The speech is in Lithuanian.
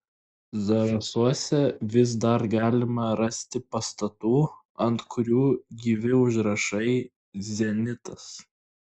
zarasuose vis dar galima rasti pastatų ant kurių gyvi užrašai zenitas